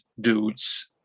dudes